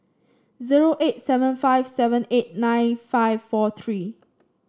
zero eight seven five seven eight nine five four three